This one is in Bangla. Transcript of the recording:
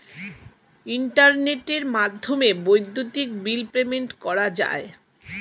ইন্টারনেটের মাধ্যমে বৈদ্যুতিক বিল পেমেন্ট করা যায়